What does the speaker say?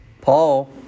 Paul